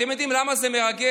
אתם יודעים למה זה מרגש?